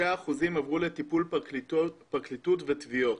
6% עברו לטיפול פרקליטות ותביעות,